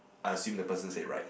I assume the person say it right